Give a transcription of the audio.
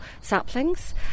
saplings